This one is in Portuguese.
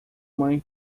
mãe